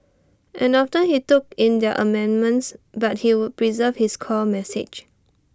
and often he took in their amendments but he would preserve his core message